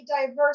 diverse